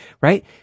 right